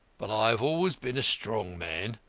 but i have always been a strong man.